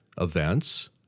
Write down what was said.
events